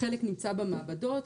חלק נמצא במעבדות,